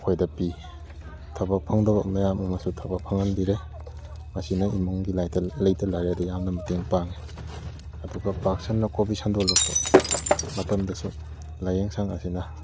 ꯑꯩꯈꯣꯏꯗ ꯄꯤ ꯊꯕꯛ ꯐꯪꯗꯕ ꯃꯌꯥꯝ ꯑꯃꯁꯨ ꯊꯕꯛ ꯐꯪꯍꯟꯕꯤꯔꯦ ꯃꯁꯤꯅ ꯏꯃꯨꯡꯒꯤ ꯂꯩꯇ ꯂꯥꯏꯔꯗ ꯌꯥꯝꯅ ꯃꯇꯦꯡ ꯄꯥꯡꯉꯤ ꯑꯗꯨꯒ ꯄꯥꯛ ꯁꯟꯅ ꯀꯣꯕꯤꯠ ꯁꯟꯗꯣꯛꯂꯛꯄ ꯃꯇꯝꯗꯁꯨ ꯂꯥꯏꯌꯦꯡꯁꯪ ꯑꯁꯤꯅ